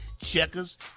checkers